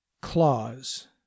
Claws